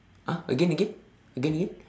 !huh! again again again again